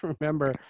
remember